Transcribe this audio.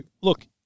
look